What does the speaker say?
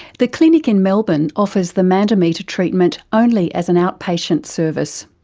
the clinic in melbourne offers the mandometer treatment only as an outpatient service.